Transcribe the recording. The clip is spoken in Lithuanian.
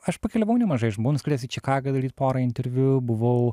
aš pakeliavau nemažai aš buvau nuskridęs į čikagą daryt porą interviu buvau